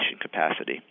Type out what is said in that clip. capacity